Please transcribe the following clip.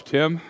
Tim